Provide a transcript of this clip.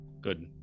Good